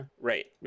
Right